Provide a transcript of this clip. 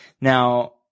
Now